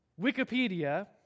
Wikipedia